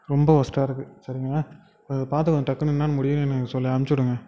ரொம்ப ஒர்ஸ்டாக இருக்குது சரிங்களா பார்த்து கொஞ்சம் டக்குனு என்னென்னு முடிவுனு எனக்கு சொல்லி அனுப்பிச்சுவிடுங்க